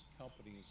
companies